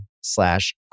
slash